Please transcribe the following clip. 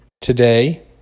Today